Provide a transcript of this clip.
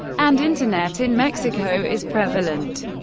and internet in mexico is prevalent.